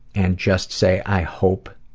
and just say i hope